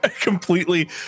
completely